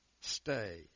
stay